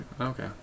Okay